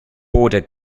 border